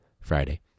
Friday